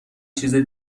چیزه